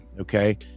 okay